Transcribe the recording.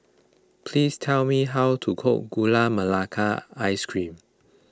please tell me how to cook Gula Melaka Ice Cream